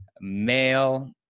male